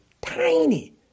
tiny